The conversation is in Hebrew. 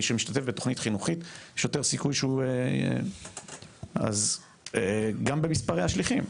מי שמשתתף בתוכנית חינוכית יש יותר סיכוי שהוא --- גם במספרי השליחים,